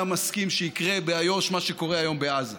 מסכים שיקרה באיו"ש מה שקורה היום בעזה.